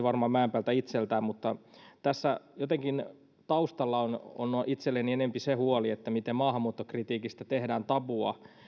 varmaan mäenpäältä itseltään mutta tässä jotenkin taustalla on on itselläni enempi se huoli miten maahanmuuttokritiikistä tehdään tabua